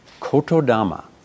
Kotodama